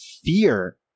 fear